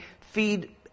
feed